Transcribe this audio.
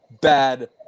bad